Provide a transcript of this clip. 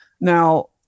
Now